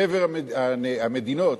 חבר הלאומים,